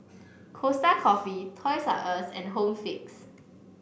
Costa Coffee Toys R Us and Home Fix